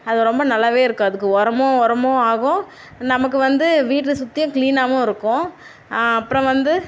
அது ரொம்ப நல்லாவே இருக்கும் அதுக்கு உரமும் உரமும் ஆகும் நமக்கு வந்து வீட்டை சுற்றியும் க்ளீனாகவும் இருக்கும் அப்புறம் வந்து